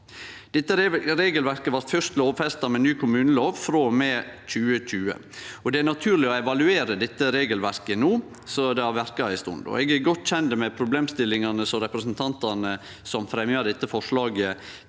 Dette regelverket blei først lovfesta med ny kommunelov frå og med 2020. Det er naturleg å evaluere dette regelverket no som det har verka ei stund. Eg er godt kjend med problemstillingane representantane som fremja forslaget,